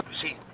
she